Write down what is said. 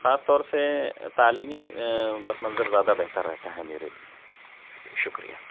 خاص طور سے تعلیمی پس منظر زیادہ بہتر رہتا ہے میرے لیے شکریہ